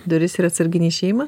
duris ir atsarginį išėjimą